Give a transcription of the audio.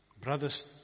brothers